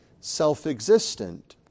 self-existent